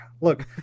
Look